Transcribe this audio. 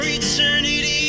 eternity